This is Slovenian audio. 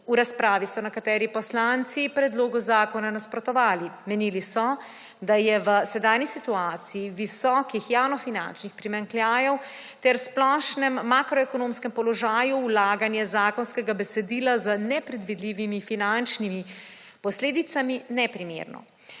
V razpravi so nekateri poslanci predlogu zakona nasprotovali. Menili so, da je v sedanji situaciji visokih javnofinančnih primanjkljajev ter splošnem makroekonomskem položaju vlaganje zakonskega besedila z nepredvidljivimi finančnimi posledicami neprimerno.